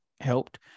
helped